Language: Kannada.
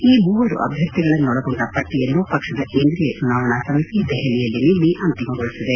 ಈ ಮೂವರು ಅಭ್ವರ್ಥಿಗಳನ್ನೊಳಗೊಂಡ ಪಟ್ಟಿಯನ್ನು ಪಕ್ಷದ ಕೇಂದ್ರೀಯ ಚುನಾವಣಾ ಸಮಿತಿ ದೆಹಲಿಯಲ್ಲಿ ನಿನ್ನೆ ಅಂತಿಮಗೊಳಿಸಿದೆ